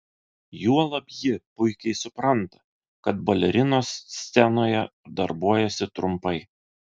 juolab ji puikiai supranta kad balerinos scenoje darbuojasi trumpai